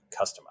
customize